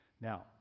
Now